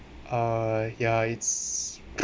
uh yeah it's